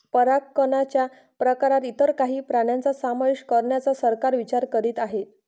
परागकणच्या प्रकारात इतर काही प्राण्यांचा समावेश करण्याचा सरकार विचार करीत आहे